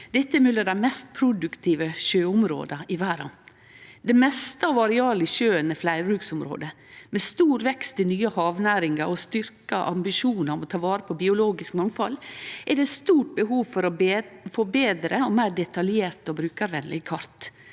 Dette er blant dei mest produktive sjøområda i verda. Det meste av arealet i sjøen er fleirbruksområde. Med stor vekst i nye havnæringar og styrkte ambisjonar om å ta vare på biologisk mangfald er det stort behov for å få betre og meir detaljerte og brukarvenlege kart.